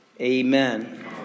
Amen